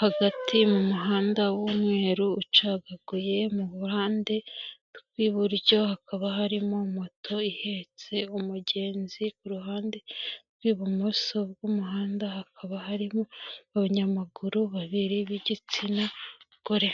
hagati mu muhanda w'umweru ucagaguye, mu ruhande rw'iburyo hakaba harimo moto ihetse umugenzi, ku ruhande rw'ibumoso bw'umuhanda hakaba harimo abanyamaguru babiri b'igitsina gore.